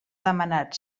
demanat